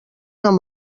amb